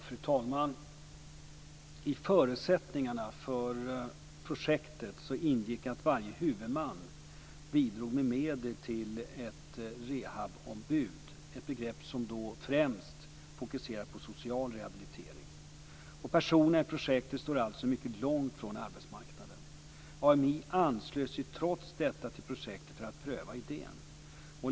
Fru talman! I förutsättningarna för projektet ingick att varje huvudman bidrog med medel till ett rehabombud, ett begrepp som då främst fokuserade på social rehabilitering. Personer i projektet står alltså mycket långt från arbetsmarknaden. AMI anslöt sig trots detta till projektet för att pröva idén.